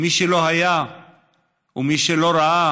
מי שלא היה ומי שלא ראה